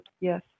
Yes